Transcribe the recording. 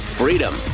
freedom